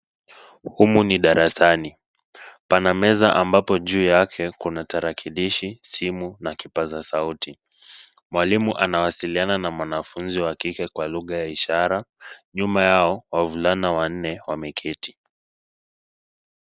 Humu ni darasani. Pana meza ambapo juu yake kuna tarakilishi, simu na kipaza sauti. Mwalimu anawasiliana na mwanafunzi wa kike kwa lugha ya ishara. Nyuma yao, wavulana wanne wameketi.